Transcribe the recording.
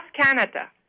Canada